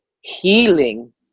healing